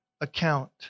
account